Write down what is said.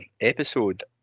episode